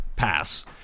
pass